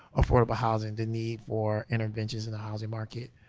affordable housing the need for, interventions in the housing market.